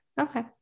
Okay